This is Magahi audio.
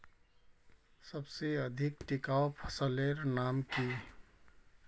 सबसे अधिक टिकाऊ फसलेर नाम की?